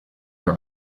are